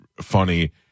funny